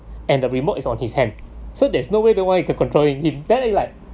and the remote is on his hand so there's no way the way you can controlling him then it's like